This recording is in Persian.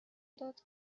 داد